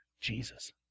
jesus